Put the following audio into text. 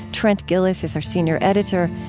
trent gilliss is our senior editor.